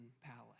palace